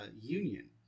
union